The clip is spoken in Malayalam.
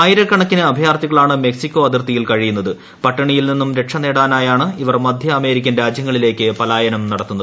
ആയിരക്കണക്കിന് അഭയാർത്ഥിക്കളാണ് മെക്സിക്കോ അതിർത്തിയിൽ കഴിയുന്നത് പട്ടിണിയിൽ നിന്നും രക്ഷ നേടാനായാണ് ഇവർ മധ്യൂട്ടൽമേരിക്കൻ രാജ്യങ്ങളിലേക്ക് പലായനം നടത്തുന്നത്